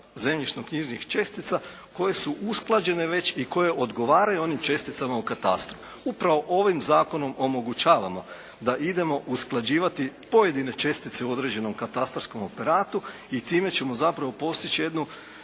zemljišno-knjižnih čestica koje su usklađene već i koje odgovaraju onim česticama u katastru. Upravo ovim zakonom omogućavamo da idemo usklađivati pojedine čestice u određenom katastarskom operatu i time ćemo zapravo postići jednu